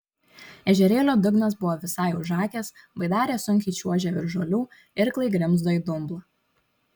ežerėlio dugnas buvo visai užakęs baidarė sunkiai čiuožė virš žolių irklai grimzdo į dumblą